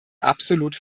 absolut